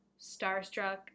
starstruck